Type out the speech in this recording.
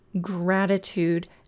gratitude